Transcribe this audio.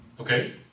okay